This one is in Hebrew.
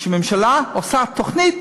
שממשלה עושה תוכנית,